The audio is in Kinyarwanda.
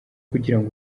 kugirango